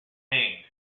hanged